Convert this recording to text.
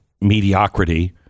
mediocrity